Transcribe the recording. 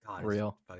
Real